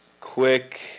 quick